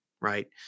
right